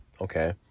okay